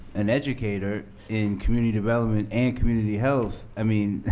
an educator in community development and community health, i mean,